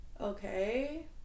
Okay